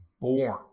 born